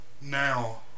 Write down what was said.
now